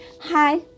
Hi